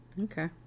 Okay